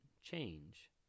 change